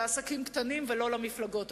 לעסקים קטנים ולא למפלגות הקטנות.